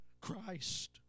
Christ